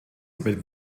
damit